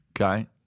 Okay